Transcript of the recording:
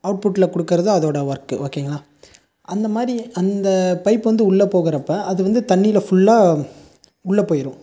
அவுட்புட்டில் கொடுக்குறது அதோடய ஒர்க்கு ஓகேங்களா அந்தமாதிரி அந்த பைப் வந்து உள்ளே போகுறப்போ அது வந்து தண்ணியில் ஃபுல்லாக உள்ளே போயிடும்